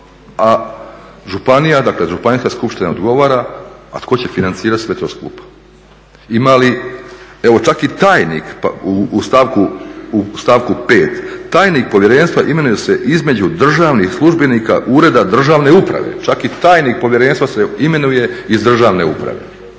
a županija, dakle županijska skupština odgovara a tko će financirati sve to skupa. Ima li, evo čak i tajnik u stavku 5. tajnik povjerenstva imenuje se između državnih službenika Ureda državne uprave. Čak i tajnik povjerenstva se imenuje iz državne uprave